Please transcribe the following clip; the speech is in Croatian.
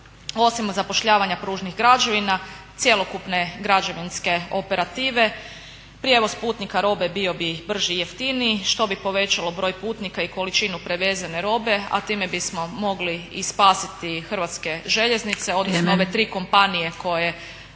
Osim zapošljavanja pružnih građevina, cjelokupne građevinske operative prijevoz putnika robe bio bi brži i jeftiniji što bi povećalo broj putnika i količinu prevezene robe, a time bismo mogli i spasiti HŽ odnosno ove tri kompanije koje